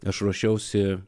aš ruošiausi